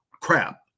crap